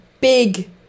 big